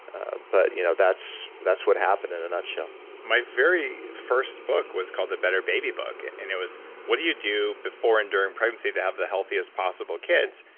ah but you know that's that's what happened in a nutshell my very first book was called the better baby book. and and it was what do you do before and during pregnancy to have the healthiest possible kids,